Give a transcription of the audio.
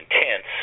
intense